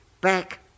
back